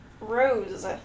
Rose